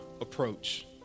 approach